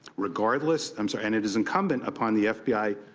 regardless um so and it is incumbent upon the f b i.